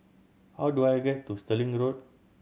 how do I get to Stirling Road